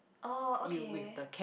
oh okay